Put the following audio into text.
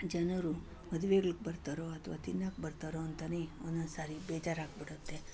ಜನರು ಮದುವೆಗಳ್ಗೆ ಬರ್ತಾರೋ ಅಥ್ವಾ ತಿನ್ನೋಕೆ ಬರ್ತಾರೋ ಅಂತಲೇ ಒಂದೊಂದ್ಸರಿ ಬೇಜಾರಗ್ಬಿಡುತ್ತೆ